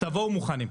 תבואו מוכנים.